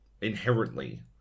inherently